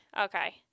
okay